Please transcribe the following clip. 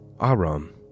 Aram